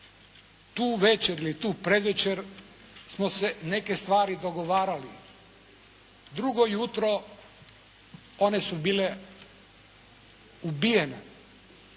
Tu večer ili tu predvečer smo se neke stvari dogovarali. Drugo jutro one su bile ubijene.